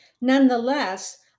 Nonetheless